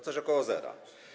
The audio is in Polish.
Coś około zera.